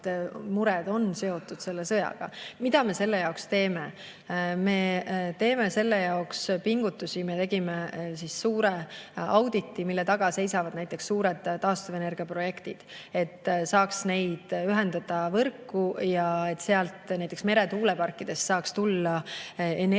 mured on seotud selle sõjaga. Mida me selle jaoks teeme? Me teeme selle jaoks pingutusi. Me tegime suure auditi, mille taga seisavad näiteks suured taastuvenergia projektid. Need tuleks saada võrku ühendada, nii et näiteks meretuuleparkidest saaks tulla energia, mida